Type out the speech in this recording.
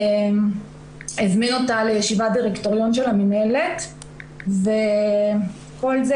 הזמין אותה לישיבת דירקטוריון של המינהלת וכל זה